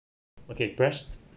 okay press